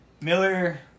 Miller